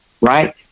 Right